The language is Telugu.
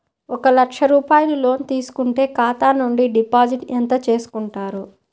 ఒక లక్ష రూపాయలు లోన్ తీసుకుంటే ఖాతా నుండి డిపాజిట్ ఎంత చేసుకుంటారు?